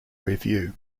review